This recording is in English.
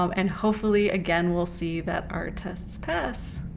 um and hopefully again we'll see that our tests pass.